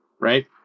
right